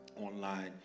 online